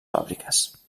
fàbriques